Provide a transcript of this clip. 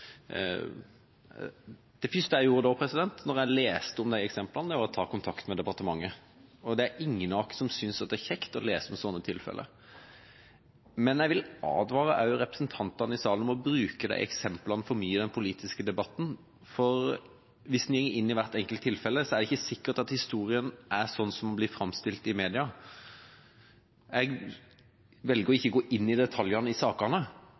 Det første jeg gjorde da jeg leste om de eksemplene, var å ta kontakt med departementet. Det er ingen av oss som synes at det er kjekt å lese om sånne tilfeller, men jeg vil advare representantene i salen mot å bruke de eksemplene for mye i den politiske debatten, for hvis en går inn i hvert enkelt tilfelle, er det ikke sikkert at historien er slik den blir framstilt i media. Jeg velger ikke å gå inn i detaljene i sakene,